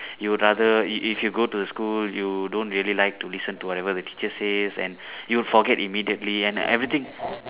you would rather if if you go to school you don't really like to listen to whatever the teacher says and you will forget immediately and everything